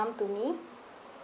mum to me